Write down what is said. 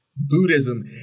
Buddhism